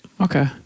Okay